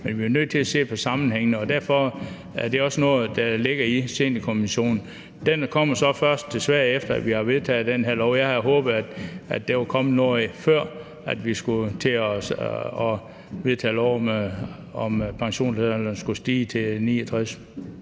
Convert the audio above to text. men vi er nødt til at se på sammenhængene. Derfor er det også noget, der ligger i seniorkommissionen. Den kommer så desværre først med noget, efter vi har vedtaget den her lov. Jeg havde håbet, at der var kommet noget, før vi skulle til at vedtage lovgivning om, at pensionsalderen skulle stige til 69